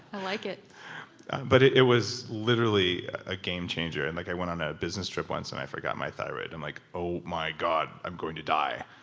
like it but it it was literally a game changer. and like i went on a business trip once and i forgot my thyroid, i'm like, oh my god, i'm going to die.